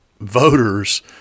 voters